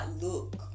look